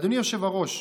אדוני היושב-ראש,